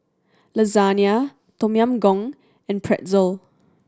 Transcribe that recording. Lasagne Tom Yam Goong and Pretzel